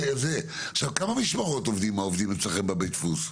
בכמה משמרות עובדים העובדים אצלכם בבית הדפוס?